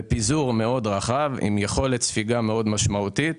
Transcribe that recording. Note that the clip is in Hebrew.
בפיזור מאוד רחב, עם יכולת ספיגה מאוד משמעותית.